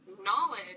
knowledge